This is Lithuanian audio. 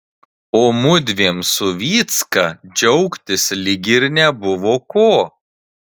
o mudviem su vycka džiaugtis lyg ir nebuvo ko